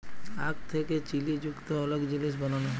আখ থ্যাকে চিলি যুক্ত অলেক জিলিস বালালো হ্যয়